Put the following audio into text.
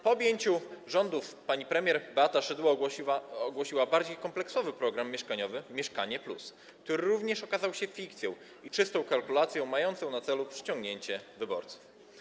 Po objęciu rządów pani premier Beata Szydło ogłosiła bardziej kompleksowy program mieszkaniowy „Mieszkanie+”, który również okazał się fikcją i czystą kalkulacją mającą na celu przyciągnięcie wyborców.